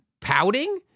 pouting